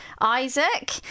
Isaac